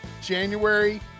January